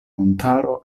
montaro